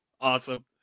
Awesome